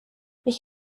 ich